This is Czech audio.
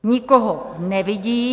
Nikoho nevidím.